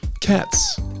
Cats